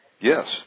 Yes